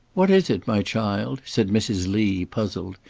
what is it, my child? said mrs. lee, puzzled,